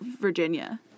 Virginia